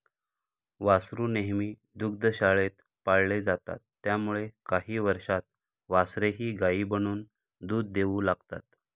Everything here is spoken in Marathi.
वासरू नेहमी दुग्धशाळेत पाळले जातात त्यामुळे काही वर्षांत वासरेही गायी बनून दूध देऊ लागतात